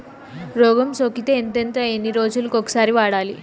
రోగం సోకితే ఎంతెంత ఎన్ని రోజులు కొక సారి వాడాలి?